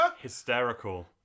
hysterical